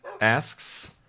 asks